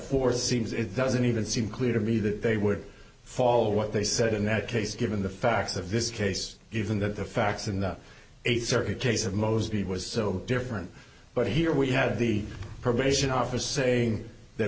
fourth seems it doesn't even seem clear to me that they would fall what they said in that case given the facts of this case even that the facts in the eighth circuit case of moseby was so different but here we had the probation officer saying th